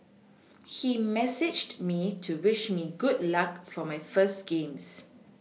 he messaged me to wish me good luck for my first games